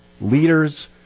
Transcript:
leaders